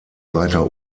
weiter